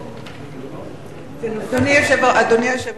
אדוני היושב-ראש,